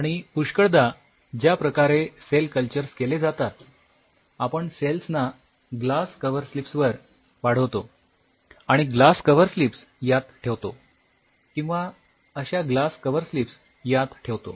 आणि पुष्कळदा ज्या प्रकारे सेल कल्चर्स केले जातात आपण सेल्सना ग्लास कव्हरस्लिप्स वर वाढवतो आणि ग्लास कव्हरस्लिप्स यात ठेवतो किंवा अश्या ग्लास कव्हरस्लिप्स यात ठेवतो